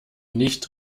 nicht